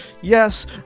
Yes